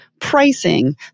pricing